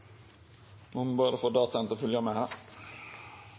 må få lov til å